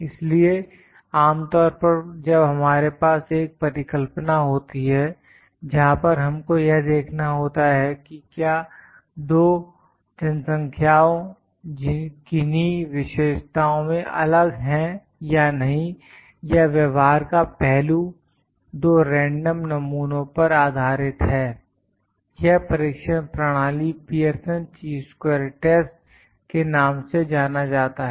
इसलिए आमतौर पर जब हमारे पास एक परिकल्पना होती है जहां पर हमको यह देखना होता है की क्या दो जनसंख्याओं किन्ही विशेषताओं में अलग हैं या नहीं या व्यवहार का पहलू दो रेंडम नमूनों पर आधारित है यह परीक्षण प्रणाली पीयरसन ची स्क्वेर टेस्ट के नाम से जाना जाता है